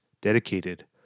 dedicated